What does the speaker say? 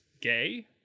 gay